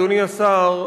אדוני השר,